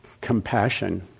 compassion